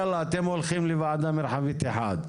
יאללה אתם הולכים לוועדה מרחבית אחת.